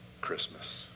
Christmas